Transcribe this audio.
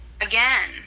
again